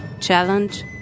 challenge